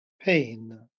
pain